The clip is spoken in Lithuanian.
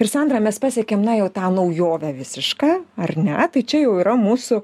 ir sandra mes pasiekėm na jau tą naujovę visišką ar ne tai čia jau yra mūsų